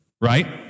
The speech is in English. right